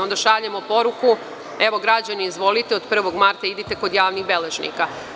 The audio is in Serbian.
Onda šaljemo poruku – evo, građani, izvolite, od 1. marta idite kod javnih beležnika.